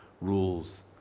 rules